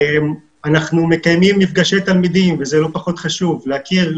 אנחנו מקיימים מפגשי תלמידים וזה לא פחות חשוב להכיר,